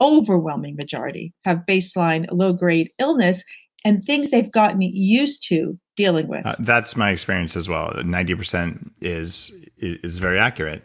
overwhelming majority have baseline, low grade illness and things they've gotten used to dealing with that's my experience as well. ninety percent is is very accurate.